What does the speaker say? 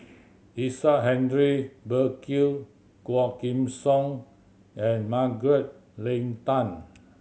Isaac Henry Burkill Quah Kim Song and Margaret Leng Tan